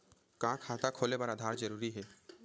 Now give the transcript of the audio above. का खाता खोले बर आधार जरूरी हे?